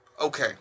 Okay